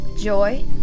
joy